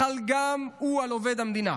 החל גם הוא על עובד המדינה.